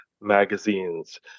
magazines